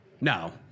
No